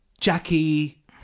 Jackie